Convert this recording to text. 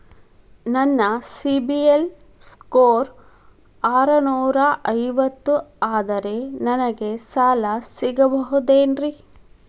ನನ್ನ CIBIL score ಆರನೂರ ಐವತ್ತು ಅದರೇ ನನಗೆ ಸಾಲ ಸಿಗಬಹುದೇನ್ರಿ?